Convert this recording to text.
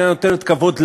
איננה נותנת כבוד לנו,